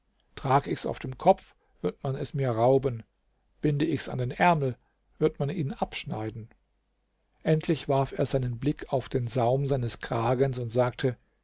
trag ich's auf dem kopf wird man es mir rauben binde ich's an den ärmel wird man ihn abschneiden endlich warf er seinen blick auf den saum seines kragens und sagte